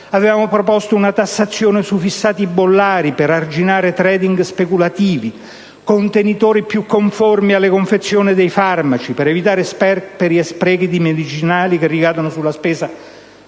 Avevamo proposto una tassazione sui fissati bollati per arginare *trading* speculativi, nonché contenitori più conformi alle confezioni dei farmaci per evitare sperperi e sprechi di medicinali, che ricadono sulla spesa